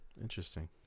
Interesting